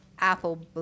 apple